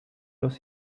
los